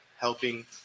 helping